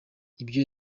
ibyo